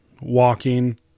walking